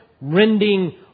rending